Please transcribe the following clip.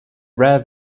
rare